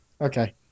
Okay